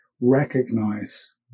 recognize